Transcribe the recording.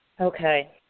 Okay